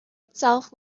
itself